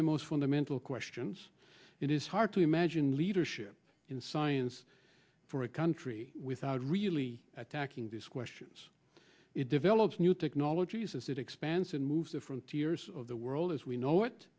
the most fundamental questions it is hard to imagine leadership in science for a country without really attacking these questions it develops new technologies as it expands and moves the frontiers of the world as we know